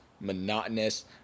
monotonous